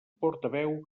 portaveu